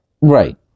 Right